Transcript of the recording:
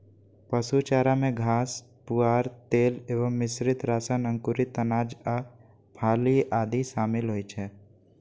पशु चारा मे घास, पुआर, तेल एवं मिश्रित राशन, अंकुरित अनाज आ फली आदि शामिल होइ छै